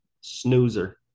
snoozer